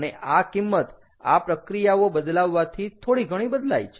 અને આ કિંમત આ પ્રક્રિયાઓ બદલાવવાથી થોડી ઘણી બદલાય છે